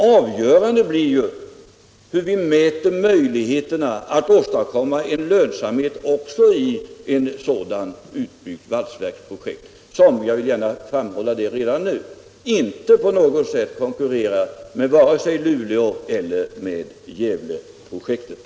Avgörande blir ju hur vi mäter möjligheterna att åstadkomma en lönsamhet också i ett utbyggt valsverksprojekt som — jag vill gärna framhålla det redan nu — inte på något sätt konkurrerar med vare sig Luleåeller Gävleprojektet.